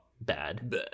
bad